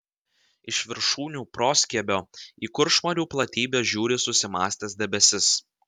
iš viršūnių proskiebio į kuršmarių platybes žiūri susimąstęs debesis